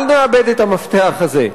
אל נאבד את המפתח הזה,